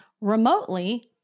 remotely